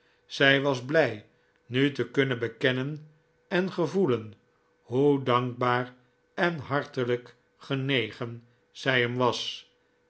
zij was blij nu te kunnen bekennen en gevoelen hoe dankbaar en hartelijk genegen zij hem was